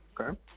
okay